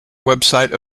website